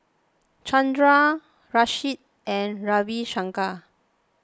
Chandra Rajesh and Ravi Shankar